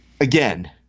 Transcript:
Again